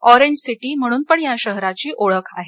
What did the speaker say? orange city म्हणून पण या शहराची ओळख आहे